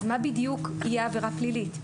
אז מה בדיוק תהיה עבירה פלילית?